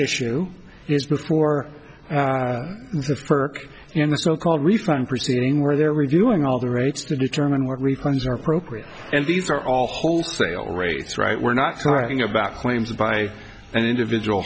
issue is before it's a perk in the so called refund proceeding where they're reviewing all the rights to determine what refunds are appropriate and these are all wholesale rates right we're not talking about claims by an individual